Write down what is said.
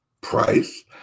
price